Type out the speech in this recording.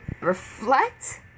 reflect